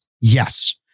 Yes